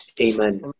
Amen